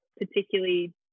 particularly